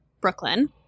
Brooklyn